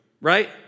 right